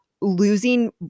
losing